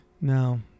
No